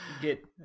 get